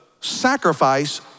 sacrifice